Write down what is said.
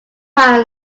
area